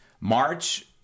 March